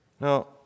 Now